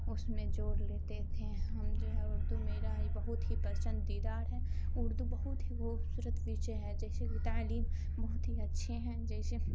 اس میں جوڑ لیتے تھے ہم جو ہے اردو میرا ہی بہت ہی پسندیدہ ہے اردو بہت ہی خوبصورت وشے ہے جیسے کہ تعلیم بہت ہی اچھے ہیں جیسے